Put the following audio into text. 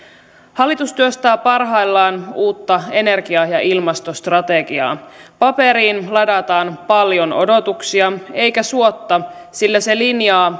hallitus työstää parhaillaan uutta energia ja ilmastostrategiaa paperiin ladataan paljon odotuksia eikä suotta sillä se linjaa